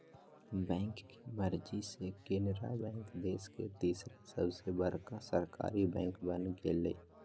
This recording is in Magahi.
बैंक के मर्ज से केनरा बैंक देश के तीसर सबसे बड़का सरकारी बैंक बन गेलय